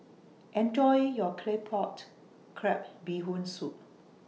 Enjoy your Claypot Crab Bee Hoon Soup